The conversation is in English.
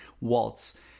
waltz